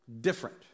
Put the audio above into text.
different